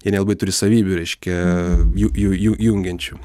jie nelabai neturi savybių reiškia jų jų jų jungiančių